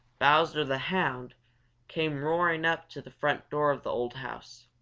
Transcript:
bowser the hound came roaring up to the front door of the old house.